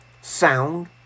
sound